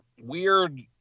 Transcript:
weird